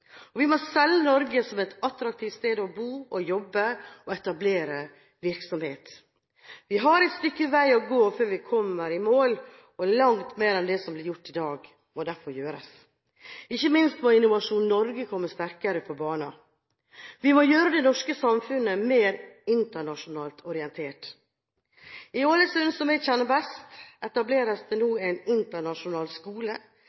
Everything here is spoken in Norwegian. her. Vi må selge Norge som et attraktivt sted å bo, jobbe og etablere virksomhet. Vi har et stykke vei å gå før vi kommer i mål. Langt mer enn det som blir gjort i dag, må derfor gjøres. Ikke minst må Innovasjon Norge komme sterkere på banen. Vi må gjøre det norske samfunnet mer internasjonalt orientert. I Ålesund, som jeg kjenner best, etableres det nå en internasjonal skole,